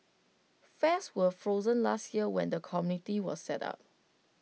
fares were frozen last year when the committee was set up